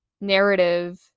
narrative